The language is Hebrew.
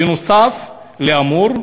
בנוסף לאמור,